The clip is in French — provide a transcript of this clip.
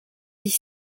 dix